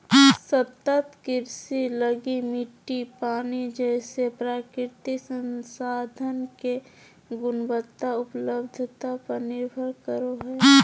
सतत कृषि लगी मिट्टी, पानी जैसे प्राकृतिक संसाधन के गुणवत्ता, उपलब्धता पर निर्भर करो हइ